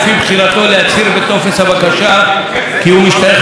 להצהיר בטופס הבקשה כי הוא משתייך לפריפריה,